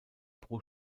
pro